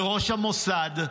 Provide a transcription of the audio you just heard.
לראש המוסד,